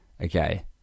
Okay